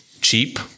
cheap